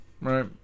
right